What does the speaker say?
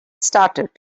started